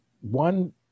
one